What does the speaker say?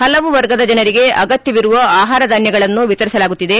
ಪಲವು ವರ್ಗದ ಜನರಿಗೆ ಅಗತ್ಯವಿರುವ ಆಹಾರ ಧಾನ್ಯಗಳನ್ನು ವಿತರಿಸುತ್ತಿದೆ